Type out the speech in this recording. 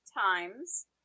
times